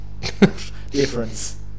difference